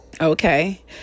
okay